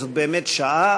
זו באמת שעה,